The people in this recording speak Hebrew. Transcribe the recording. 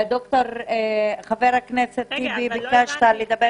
חבר הכנסת טיבי, ביקשת לדבר.